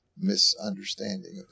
misunderstanding